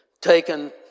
taken